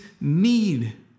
need